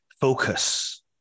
focus